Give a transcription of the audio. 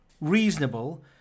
reasonable